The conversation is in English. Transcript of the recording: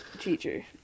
teacher